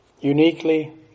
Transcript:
uniquely